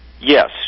Yes